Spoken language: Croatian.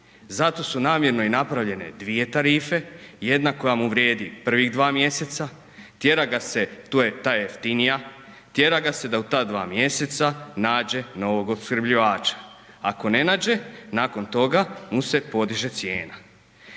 zato su namjerno i napravljene dvije tarife, jedna koja mu vrijedi prvih dva mjeseca, tjera ga se, tu je ta jeftinija, tjera ga se da u ta dva mjeseca nađe novog opskrbljivača, ako ne nađe, nakon toga mu se podiže cijena.